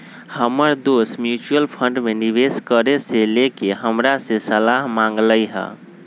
हमर दोस mutual fund में निवेश करे से लेके हमरा से सलाह मांगलय ह